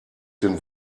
den